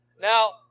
Now